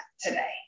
today